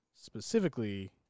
specifically